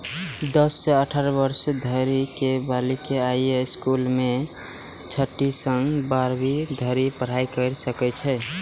दस सं अठारह वर्ष धरि के बालिका अय स्कूल मे छठी सं बारहवीं धरि पढ़ाइ कैर सकै छै